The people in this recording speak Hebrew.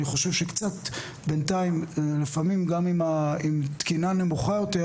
אני חושב שקצת בינתיים לפעמים גם אם תקינה נמוכה יותר,